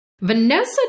Vanessa